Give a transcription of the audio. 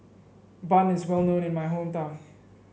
bun is well known in my hometown